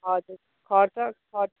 हजुर खर्च खर्च